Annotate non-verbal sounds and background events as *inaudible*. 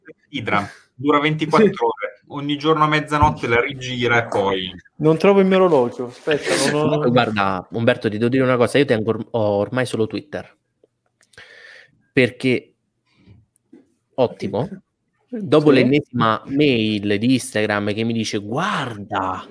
idra, dura 24 *laughs* Sì. ore, ogni giorno a mezzanotte la rigira e poi- Non trovo il mio orologio, aspetta, non ho- Guarda, Umberto, ti devo dire una cosa, io tengo or- ho ormai solo Twitter. Perché- ottimo. Dopo Sì. l'ennesima mail di Instagram che mi dice, "Guarda,